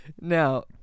Now